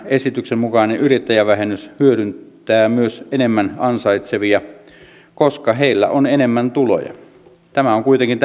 esityksen mukainen yrittäjävähennys hyödyttää myös enemmän ansaitsevia koska heillä on enemmän tuloja tämä on kuitenkin